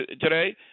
today